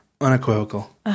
unequivocal